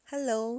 Hello